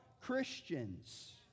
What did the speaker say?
Christians